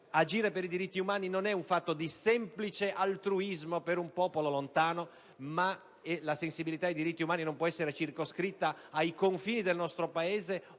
agire per i diritti umani non è semplice altruismo per un popolo lontano. La sensibilità per i diritti umani non può essere circoscritta ai confini del nostro Paese o